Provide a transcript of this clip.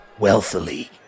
Wealthily